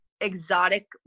exotic